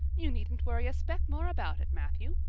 you needn't worry a speck more about it, matthew.